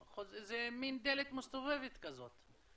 חוזרים, זו מין דלת מסתובבת כזאת.